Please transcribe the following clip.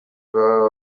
baba